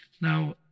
now